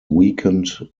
weakened